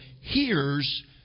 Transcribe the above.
hears